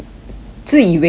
自以为是 bah